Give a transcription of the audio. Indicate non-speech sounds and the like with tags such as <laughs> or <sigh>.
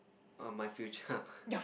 err my future <laughs>